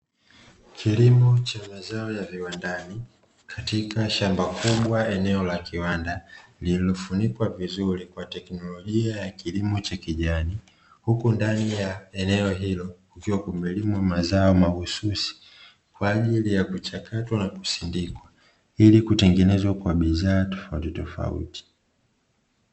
Kilimo cha mazao ya viwandani katika shamba kubwa, eneo la kiwanda lililofunikwa vizuri kwa teknolojia ya kilimo cha kijani, huku ndani ya eneo hilo kukiwa kumelimwa mazao mahususi, kwa ajili ya kuchakatwa na kusindikwa ili kutengenezwa kwa bidhaa tofautitofauti.